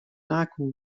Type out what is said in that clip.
نکن